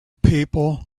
people